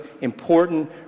important